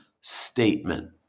statement